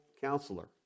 counselor